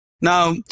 Now